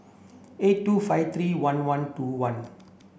eight two five three one one two one